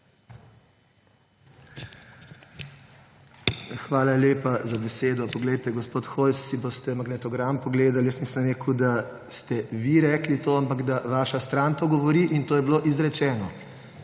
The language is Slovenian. Hvala lepa za besedo. Poglejte, gospod Hojs, si boste magnetogram pogledali. Jaz nisem rekel, da ste vi to rekli, ampak da vaša stran to govori. In to je bilo izrečeno.